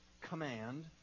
command